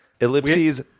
Ellipses